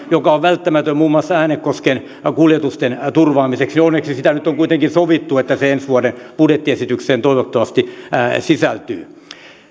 joka on välttämätön muun muassa äänekosken kuljetusten turvaamiseksi siirtyy eteenpäin onneksi siitä nyt on kuitenkin sovittu että se ensi vuoden budjettiesitykseen toivottavasti sisältyy